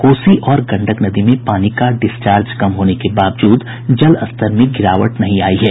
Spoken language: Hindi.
कोसी और गंडक नदी में पानी का डिस्चार्ज कम होने के बावजूद जस्तर में गिरावट नहीं आई है